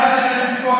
גם הוא היה צריך להיות,